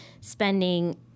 spending